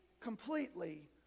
completely